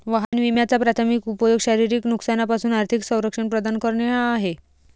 वाहन विम्याचा प्राथमिक उपयोग शारीरिक नुकसानापासून आर्थिक संरक्षण प्रदान करणे हा आहे